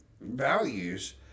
values